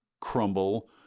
crumble